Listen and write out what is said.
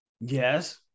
Yes